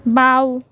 বাঁও